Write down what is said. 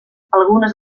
algunes